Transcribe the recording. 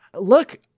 Look